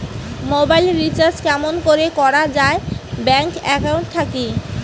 Mobile recharge কেমন করি করা যায় ব্যাংক একাউন্ট থাকি?